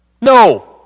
No